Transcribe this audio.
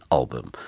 album